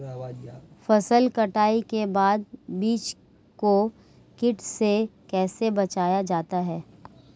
फसल कटाई के बाद बीज को कीट से कैसे बचाया जाता है?